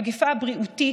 מגפה בריאותית,